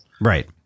Right